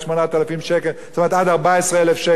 עד 14,000 שקלים, זה דבר חשוב.